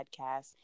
podcast